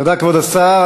תודה, כבוד השר.